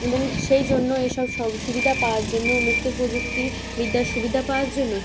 এবং সেই জন্য এই সব সব সুবিধা পাওয়ার জন্য উন্নত প্রযুক্তি বিদ্যার সুবিধা পাওয়ার জন্য